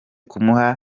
kumuha